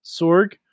sorg